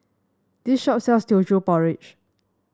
this shop sells Teochew Porridge